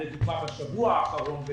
בשבוע האחרון,